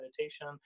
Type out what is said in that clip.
meditation